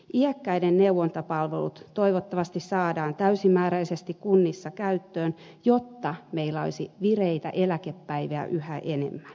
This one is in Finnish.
iäkkäiden neuvontapalvelut toivottavasti saadaan täysimääräisesti kunnissa käyttöön jotta meillä olisi vireitä eläkepäiviä yhä enemmän